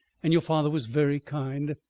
and your father was very kind.